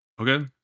Okay